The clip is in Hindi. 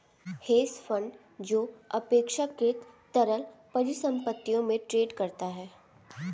हेज फंड जो अपेक्षाकृत तरल परिसंपत्तियों में ट्रेड करता है